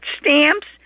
stamps